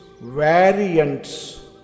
variants